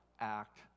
act